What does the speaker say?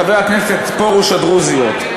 חבר הכנסת פרוש, הדרוזיות.